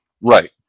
Right